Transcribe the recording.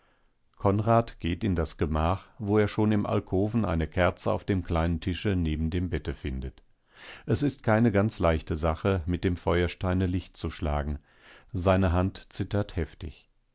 konrad geht in das gemach wo er schon im alkoven eine kerze auf dem kleinen tische neben dem bette findet es ist keine ganz leichte sache mit dem feuersteine licht zu schlagen seine hand zittert heftig